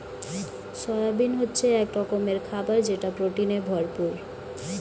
soybean হচ্ছে এক রকমের খাবার যেটা প্রোটিনে ভরপুর